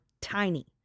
tiny